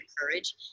courage